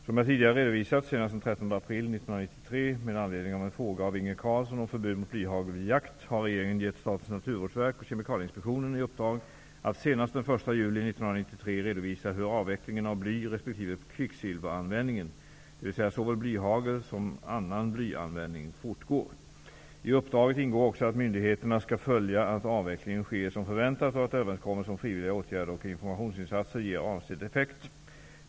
Som jag tidigare har redovisat, senast den 13 april 1993 med anledning av en fråga av Inge Carlsson om förbud mot blyhagel vid jakt, har regeringen gett Statens naturvårdsverk och Kemikalieinspektionen i uppdrag att senast den 1 kvicksilveranvändningen, dvs. såväl blyhagel som annan blyanvändning, fortgår. I uppdraget ingår också att myndigheterna skall följa att avvecklingen sker som förväntat och att överenskommelser om frivilliga åtgärder och informationsinsatser ger avsedd effekt.